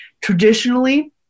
traditionally